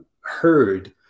heard